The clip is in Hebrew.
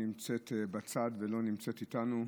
שנמצאת בצד ולא נמצאת איתנו,